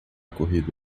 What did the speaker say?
corrida